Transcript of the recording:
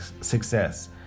success